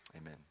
amen